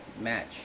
match